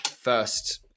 first